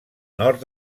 nord